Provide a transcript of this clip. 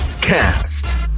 cast